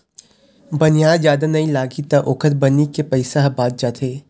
बनिहार जादा नइ लागही त ओखर बनी के पइसा ह बाच जाथे